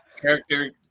character